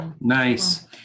Nice